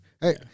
hey